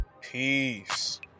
Peace